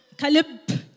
Kalib